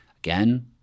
Again